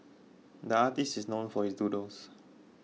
the artist is known for his doodles